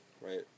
Right